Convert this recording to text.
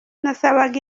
nasabaga